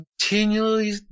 continually